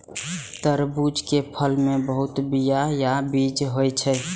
तरबूज के फल मे बहुत बीया या बीज होइ छै